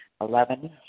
Eleven